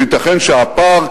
וייתכן שהפער,